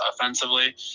offensively